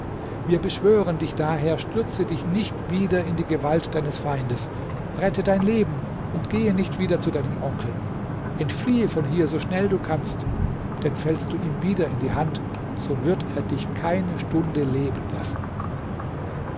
wir beschwören dich daher stürze dich nicht wieder in die gewalt deines feindes rette dein leben und gehe nicht wieder zu deinem onkel entfliehe von hier so schnell du kannst denn fällst du ihm wieder in die hand so wird er dich keine stunde leben lassen